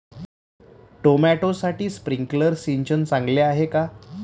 टोमॅटोसाठी स्प्रिंकलर सिंचन चांगले आहे का?